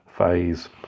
phase